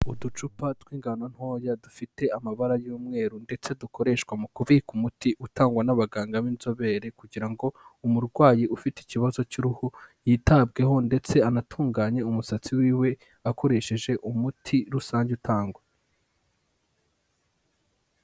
Uducupa tw'ingano ntoya dufite amabara y'umweru ndetse dukoreshwa mu kubika umuti utangwa n'abaganga b'inzobere kugira ngo umurwayi ufite ikibazo cy'uruhu, yitabweho ndetse anatunganye umusatsi wiwe akoresheje umuti rusange utangwa.